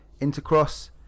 Intercross